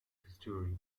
history